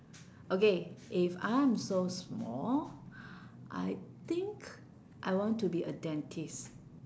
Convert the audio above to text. okay if I'm so small I think I want to be a dentist